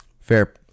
Fair